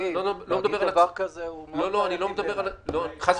- להגיד דבר כזה הוא מאוד בעייתי בעיניי.